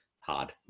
hard